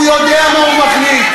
הוא יודע מה הוא מחליט,